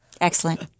Excellent